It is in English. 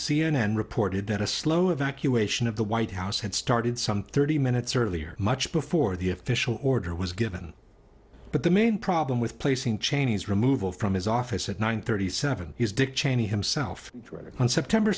n reported that a slow evacuation of the white house had started some thirty minutes earlier much before the official order was given but the main problem with placing cheney's removal from his office at nine thirty seven is dick cheney himself driving on september